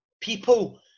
People